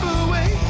away